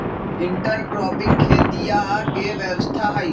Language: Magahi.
इंटरक्रॉपिंग खेतीया के व्यवस्था हई